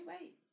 wait